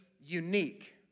unique